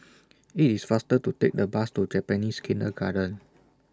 IT IS faster to Take The Bus to Japanese Kindergarten